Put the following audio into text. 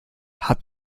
hat